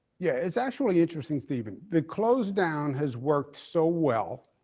yeah, it's actually interesting, stephen. the close-down has worked so well,